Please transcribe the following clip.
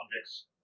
objects